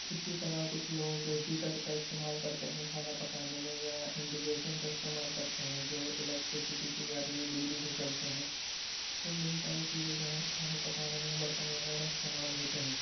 اسی طرح کچھ لوگ ہیٹر کا استعمال کرتے ہیں کھانا پکانے میں یا انڈیگیشن کا استعمال کرتے ہیں جو الکٹرسٹی سے یعنی بجلی سے چلتے ہیں تو یہی ساری چیزیں جو ہیں کھانے پکانے میں برتن وغیرہ استعمال ہوتے ہیں